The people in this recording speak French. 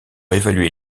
évaluer